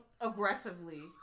Aggressively